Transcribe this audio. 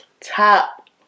top